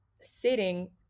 sitting